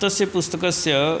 तस्य पुस्तकस्य